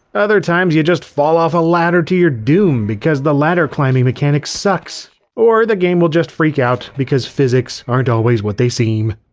other times you just fall off a ladder to your doom because the ladder climbing mechanic sucks, or the game will just freak out because physics aren't always what they seem.